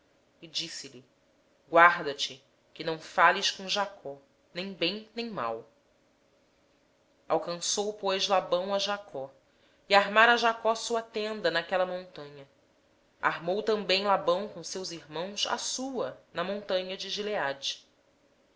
e disse-lhe guardate que não fales a jacó nem bem nem mal alcançou pois labão a jacó ora jacó tinha armado a sua tenda na montanha armou também labão com os seus irmãos a sua tenda na montanha de gileade